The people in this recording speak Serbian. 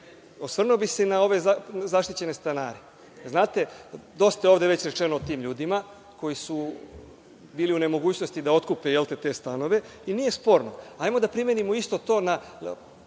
se i na ove zaštićene stanare. Znate, dosta je ovde već rečeno o tim ljudima koji su bili u nemogućnosti da otkupe te stanove. I nije sporno, hajmo da primenimo isto to na